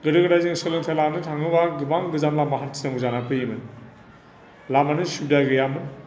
गोदो गोदाय जों सोलोंथाय लानो थाङोबा गोबां गोजान लामा हान्थिनांगौ जानानै फैयोमोन लामानि सुबिदा गैयामोन